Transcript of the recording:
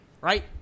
right